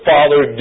Father